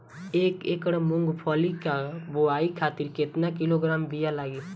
एक एकड़ मूंगफली क बोआई खातिर केतना किलोग्राम बीया लागी?